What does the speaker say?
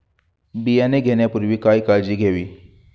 बियाणे घेण्यापूर्वी काय काळजी घ्यावी?